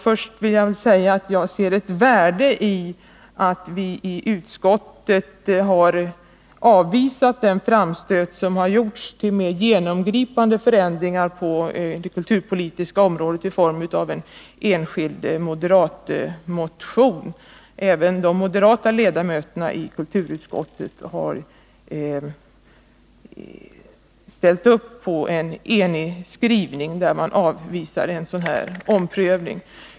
Först vill jag säga att jagser ett värde i att vi i utskottet i enighet har avvisat den framstöt, i form av en enskild moderatmotion, som har gjorts om mer genomgripande förändringar inom kulturpolitiken. Även de moderata ledamöterna i kulturutskottet har således ställt upp på en skrivning, där utskottet avvisar en sådan omprövning.